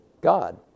God